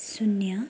शून्य